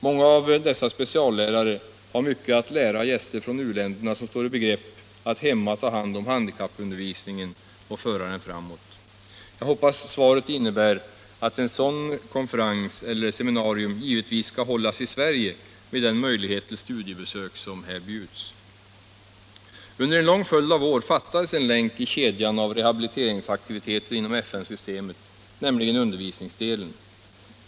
Många av dessa speciallärare har mycket att lära gäster från u-länderna som står i begrepp att hemma ta hand om handikappundervisningen och föra den framåt. Jag hoppas att svaret innebär att en sådan konferens eller ett sådant seminarium givetvis skall hållas i Sverige, med den möjlighet till studiebesök som här bjuds. Under en lång följd av år fattades en länk i kedjan av rehabiliteringsaktiviteter inom FN-systemet, nämligen undervisningsdelen.